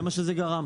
זה מה שזה גרם.